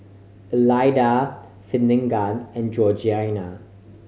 Elida Finnegan and Georgiana